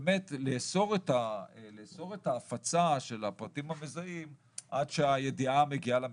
באמת לאסור את ההפצה של הפרטים המזהים עד שהידיעה מגיעה למשפחה.